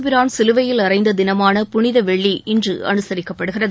பிரான் சிலுவையில் அறைந்த தினமான புனித வெள்ளி இன்று அனுசரிக்கப்படுகிறது